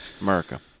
America